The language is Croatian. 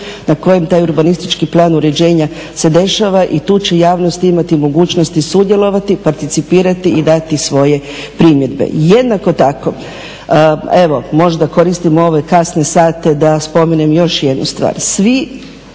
na kojem taj urbanistički plan uređenja se dešava i tu će javnost imati mogućnosti sudjelovati, participirati i dati svoje primjedbe. Jednako tako evo možda koristim u ove kasne sate da spomenem još jednu stvar,